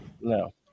No